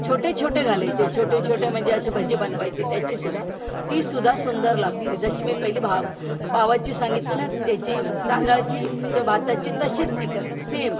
छोटे छोटे घालायचे छोटे छोटे म्हणजे असे भजी बनवायची त्याचीसुद्धा तीसुद्धा सुंदर लागते जशी मी पहिली भाव पावाची सांगितली ना त्याची तांदळाची किंवा भाताची तशीच ती करायची सेम